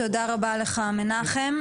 תודה רבה לך מנחם.